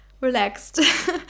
relaxed